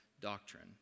doctrine